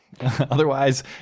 Otherwise